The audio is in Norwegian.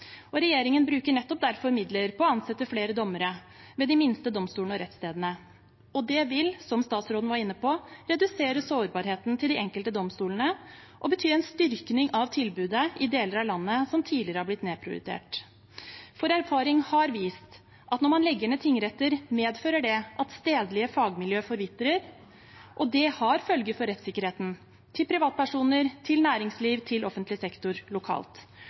Regjeringen bruker nettopp derfor midler på å ansette flere dommere ved de minste domstolene og rettsstedene. Det vil, som statsråden var inne på, redusere sårbarheten til de enkelte domstolene og bety en styrking av tilbudet i deler av landet som tidligere har blitt nedprioritert. Erfaring har vist at når man legger ned tingretter, medfører det at stedlige fagmiljø forvitrer, og det har følger for rettssikkerheten til privatpersoner, næringsliv og offentlig sektor lokalt.